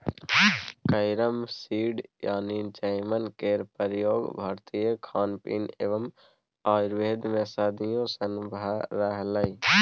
carrom seed यानी जमैन केर प्रयोग भारतीय खानपीन एवं आयुर्वेद मे सदियों सँ भ रहलैए